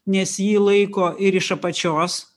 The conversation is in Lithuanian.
nes jį laiko ir iš apačios